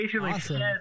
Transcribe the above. awesome